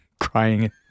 crying